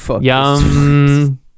Yum